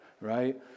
right